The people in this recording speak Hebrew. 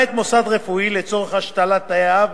למעט מוסד רפואי לצורך השתלת תאי האב,